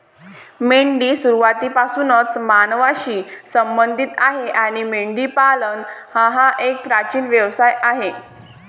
मेंढी सुरुवातीपासूनच मानवांशी संबंधित आहे आणि मेंढीपालन हा एक प्राचीन व्यवसाय आहे